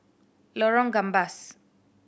Lorong Gambas